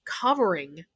covering